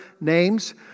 names